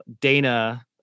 Dana